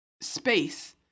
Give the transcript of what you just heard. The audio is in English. space